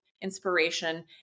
inspiration